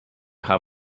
hub